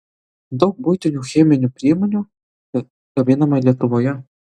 daug buitinių cheminių priemonių gaminama lietuvoje